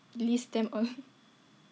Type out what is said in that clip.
list them all